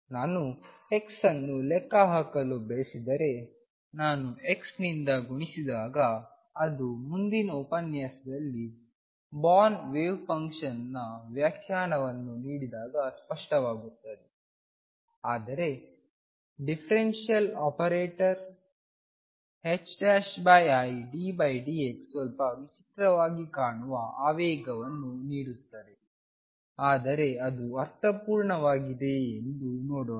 ನಾನು x ಅನ್ನು ಲೆಕ್ಕಹಾಕಲು ಬಯಸಿದರೆ ನಾನು x ನಿಂದ ಗುಣಿಸಿದಾಗ ಅದು ಮುಂದಿನ ಉಪನ್ಯಾಸದಲ್ಲಿ ಬೊರ್ನ್ ವೇವ್ ಫಂಕ್ಷನ್ನ ವ್ಯಾಖ್ಯಾನವನ್ನು ನೀಡಿದಾಗ ಸ್ಪಷ್ಟವಾಗುತ್ತದೆ ಆದರೆ ಡಿಫರೆನ್ಷಿಯಲ್ ಆಪರೇಟರ್ iddx ಸ್ವಲ್ಪ ವಿಚಿತ್ರವಾಗಿ ಕಾಣುವ ಆವೇಗವನ್ನು ನೀಡುತ್ತದೆ ಆದರೆ ಅದು ಅರ್ಥಪೂರ್ಣವಾಗಿದೆಯೇ ಎಂದು ನೋಡೋಣ